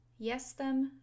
Jestem